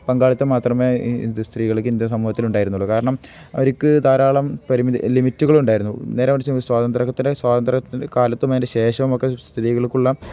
പങ്കാളിത്തം മാത്രമേ സ്ത്രീകൾക്ക് ഇന്ത്യൻ സമൂഹത്തിൽ ഉണ്ടായിരുന്നുള്ളൂ കാരണം അവര്ക്ക് ധാരാളം പരിമിധി ലിമിറ്റുകൾ ഉണ്ടായിരുന്നു നേര മറിച്ചു സ്വാതന്ത്ര്യത്തിൽ സ്വാതന്ത്ര്യത്തിൽ കാലത്തും അതിൻ്റെ ശേഷമൊക്കെ സ്ത്രീകൾക്കുള്ള